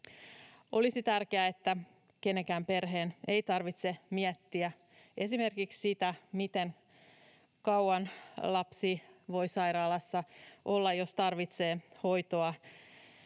Olisi tärkeää, että yhdenkään perheen ei tarvitse miettiä esimerkiksi sitä, miten kauan lapsi voi sairaalassa olla, jos tarvitsee hoitoa,